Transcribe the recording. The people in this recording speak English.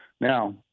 Now